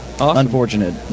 Unfortunate